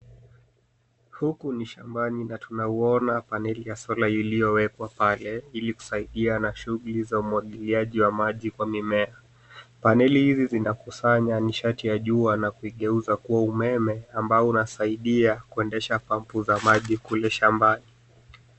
Huku ni shambani na tunauona paneli ya solar iliyowekwa pale ili kusaidia na shuguli za umwagiliaji wa maji kwa mimea. Paneli hizi zinakusanya ishati ya jua na kuigeuza kuwa umeme ambao unasaidia kundesha pampu za maji kule shambani.